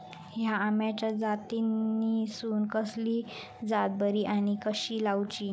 हया आम्याच्या जातीनिसून कसली जात बरी आनी कशी लाऊची?